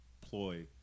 ploy